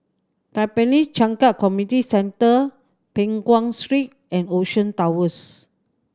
Tampines Changkat Community Centre Peng Nguan Street and Ocean Towers